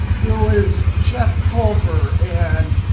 there was jeff pulver and